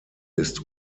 ist